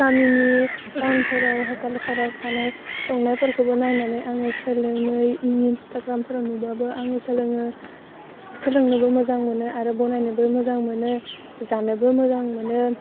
गामिनि टाउनफोराव हटेलफोराव थानाय संनायफोरखौबो नायनानै आङो सोलोङो इनस्टाग्रामफोराव नुबाबो आङो सोलोङो सोलोंनोबो मोजां मोनो आरो बनायनोबो मोजां मोनो जानोबो मोजां मोनो